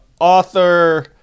author